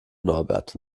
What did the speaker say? norbert